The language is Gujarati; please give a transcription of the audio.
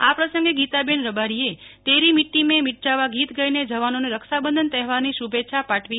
આ પ્રસંગે ગીતા બેન રબારીએ તેરી મીટ્ટીમેં મીટ જાવા ગીત ગાઈને જવાનોને રક્ષાબંધન તહેવારની શુભેચ્છા પાઠવી હતી